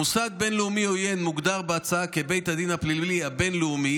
"מוסד בין-לאומי עוין" מוגדר בהצעה כבית הדין הפלילי הבין-לאומי,